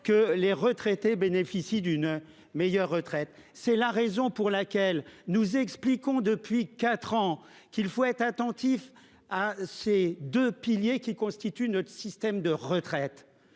que les retraités bénéficient d'une meilleure retraite. C'est la raison pour laquelle nous expliquons depuis 4 ans qu'il faut être attentif à ces 2 piliers qui constituent notre système de retraite.